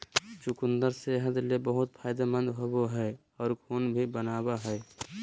चुकंदर सेहत ले बहुत फायदेमंद होवो हय आर खून भी बनावय हय